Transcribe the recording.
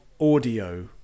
audio